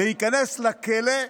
להיכנס לכלא,